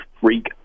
freak